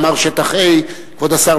אמר שטח A כבוד השר,